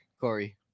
Corey